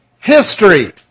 history